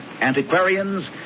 antiquarians